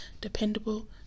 dependable